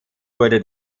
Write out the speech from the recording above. wurde